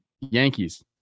Yankees